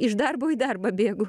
iš darbo į darbą bėgu